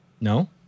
No